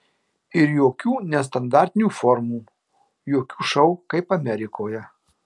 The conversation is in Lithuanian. ir jokių nestandartinių formų jokių šou kaip amerikoje